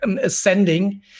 ascending